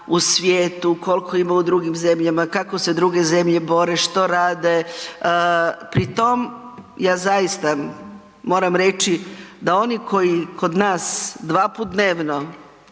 u svijetu, koliko ima u drugim zemljama, kako se druge zemlje bore, što rade. Pritom ja zaista moram reći da oni koji kod nas 2 puta dnevno